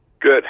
Good